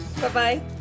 Bye-bye